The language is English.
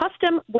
custom